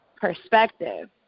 perspective